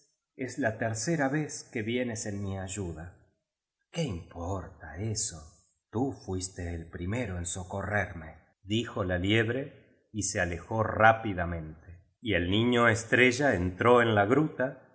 es la tercera vez que vienes en mi ayuda qué importa eso tú fuiste el primero en socorrerme dijo la liebre y se alejó rápidamente biblioteca nacional de españa el niño estrella y el niño estrella entró en la gruta